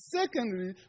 Secondly